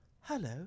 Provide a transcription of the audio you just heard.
Hello